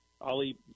Ali